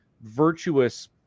virtuous